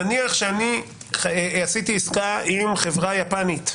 נניח שאני עשיתי עסקה עם חברה יפנית,